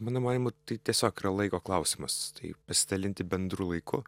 mano manymu tai tiesiog yra laiko klausimas tai pasidalinti bendru laiku